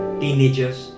teenagers